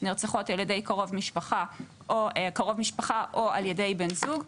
נרצחות על ידי קרוב משפחה או על ידי בן זוג.